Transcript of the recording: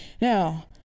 Now